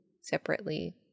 separately